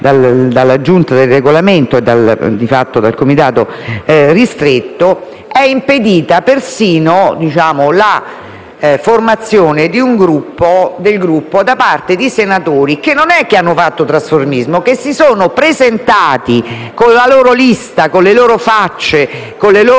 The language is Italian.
dalla Giunta per il Regolamento - di fatto dal Comitato ristretto - è impedita persino la formazione di un Gruppo da parte di senatori che non hanno fatto trasformismo, ma si sono presentati con la loro lista, con le loro facce, con la loro